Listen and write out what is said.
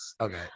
Okay